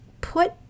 put